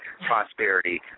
prosperity